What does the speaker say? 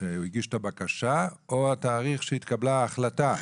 שהוא הגיש את הבקשה או התאריך שהתקבלה ההחלטה?